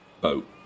boat